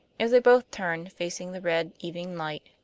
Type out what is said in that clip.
as they both turned, facing the red evening light,